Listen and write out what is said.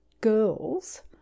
girls